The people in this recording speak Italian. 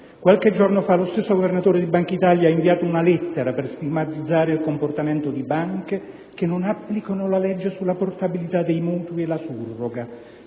Qualche giorno fa lo stesso Governatore di Bankitalia ha inviato una lettera per stigmatizzare il comportamento di banche che non applicano la legge sulla portabilità dei mutui e la surroga,